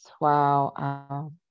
wow